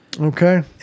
Okay